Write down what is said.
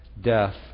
death